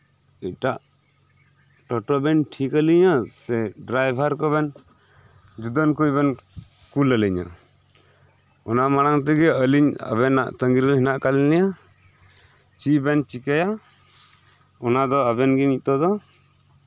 ᱮᱴᱟᱜ ᱴᱳᱴᱳ ᱵᱤᱱ ᱴᱷᱤᱠ ᱟᱹᱞᱤᱧᱟ ᱥᱮ ᱰᱨᱟᱭᱵᱷᱟᱨ ᱠᱚᱵᱤᱱ ᱡᱩᱫᱟᱹᱱ ᱠᱚᱵᱤᱱ ᱠᱩᱞ ᱟᱹᱞᱤᱧᱟ ᱚᱱᱟ ᱢᱟᱲᱟᱝ ᱛᱮᱜᱮ ᱟᱹᱞᱤᱧ ᱟᱵᱮᱱᱟᱜ ᱛᱟᱹᱜᱤᱨᱮ ᱦᱮᱱᱟᱜ ᱠᱟᱫ ᱞᱤᱧᱟ ᱪᱮᱫ ᱵᱤᱱ ᱪᱤᱠᱟᱹᱭᱟᱚᱱᱟ ᱫᱚ ᱟᱵᱤᱱ ᱜᱮ ᱱᱤᱛᱳᱜ ᱫᱚ ᱮᱴᱟᱜ ᱴᱳᱴᱳ ᱵᱤᱱ ᱴᱷᱤᱠ ᱟᱹᱞᱤᱧᱟ ᱥᱮ ᱰᱨᱟᱭᱵᱷᱟᱨ ᱠᱚ ᱵᱮᱱ ᱡᱩᱫᱟᱹᱱ ᱠᱚᱵᱤᱱ ᱠᱳᱞ ᱟᱞᱤᱧᱟ ᱚᱱᱟ ᱢᱟᱲᱟᱝ ᱛᱮᱜᱮ ᱟᱹᱞᱤᱧ ᱟᱵᱤᱱᱟᱜ ᱛᱟᱹᱜᱤᱨᱮ ᱦᱮᱱᱟᱜ ᱠᱟᱫ ᱞᱤᱧᱟ ᱪᱮᱫ ᱵᱮᱱ ᱪᱤᱠᱟᱹᱭᱟ ᱚᱱᱟ ᱫᱚ ᱟᱵᱤᱱ ᱜᱮ ᱱᱤᱛᱳᱜ ᱫᱚ